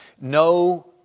No